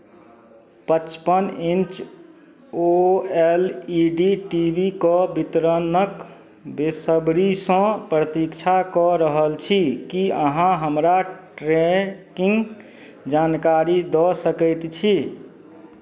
पचपन inch O L E D T V के वितरणक बेसब्रीसँ प्रतीक्षा कऽ रहल छी की अहाँ हमरा ट्रैकिंग जानकारी दऽ सकैत छी